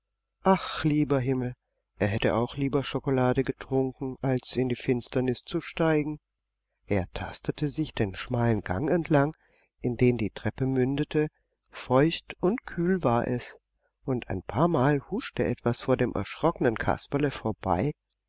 ach lieber himmel er hätte auch lieber schokolade getrunken als in die finsternis zu steigen er tastete sich den schmalen gang entlang in den die treppe mündete feucht und kühl war es und ein paarmal huschte etwas vor dem erschrockenen kasperle vorbei